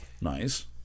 nice